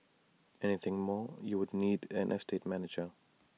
anything more you'd need an estate manager